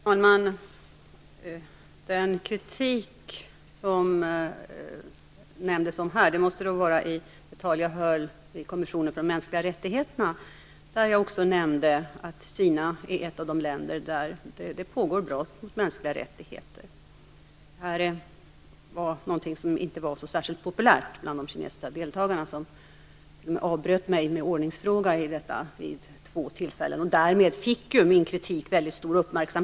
Fru talman! Den kritik som nämndes måste gälla det tal jag höll i kommissionen för de mänskliga rättigheterna, där jag också nämnde att Kina är ett av de länder där det pågår brott mot mänskliga rättigheter. Det här var inte särskilt populärt bland de kinesiska deltagarna, som vid två tillfällen under mitt tal avbröt mig med hänvisning till "ordningsfråga".